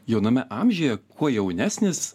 jauname amžiuje kuo jaunesnis